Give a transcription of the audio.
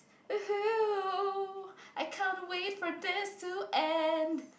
I can't wait for this to end